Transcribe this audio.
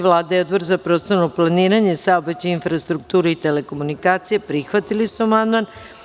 Vlada i Odbor za prostorno planiranje, saobraćaj, infrastrukturu i telekomunikacije prihvatili su amandman.